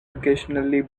occasionally